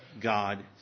God